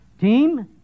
team